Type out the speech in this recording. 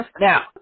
Now